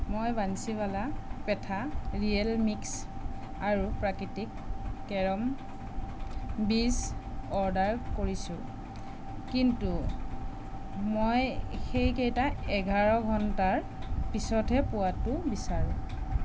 মই Bansiwala petha royal mix আৰু প্ৰাকৃতিক কেৰম বীজ অৰ্ডাৰ কৰিছোঁ কিন্তু মই সেইকেইটা এঘাৰ ঘণ্টাৰ পিছতহে পোৱাটো বিচাৰোঁ